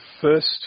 first